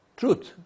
truth